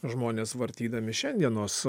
žmonės vartydami šiandienos